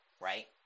right